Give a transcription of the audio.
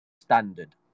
standard